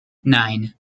nine